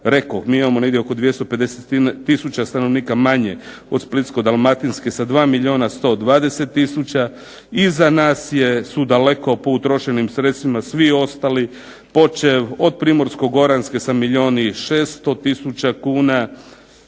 rekoh mi imamo negdje oko 250 tisuća stanovnika manje od Splitsko-dalmatinske sa 2 milijuna 120 tisuća. Iza nas su daleko po utrošenim sredstvima svi ostali. Počev od Primorsko-goranske sa milijun